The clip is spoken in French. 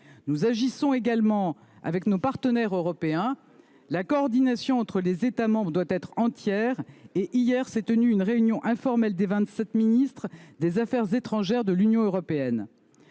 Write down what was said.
Nous agissons également avec nos partenaires européens. La coordination entre les États membres doit être entière ; hier s’est tenue, à ce titre, une réunion informelle des vingt-sept ministres des affaires étrangères de l’Union européenne.